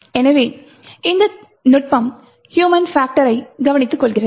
எனவே இந்த நுட்பம் ஹியூமன் பாக்டரையும் கவனித்துக்கொள்கிறது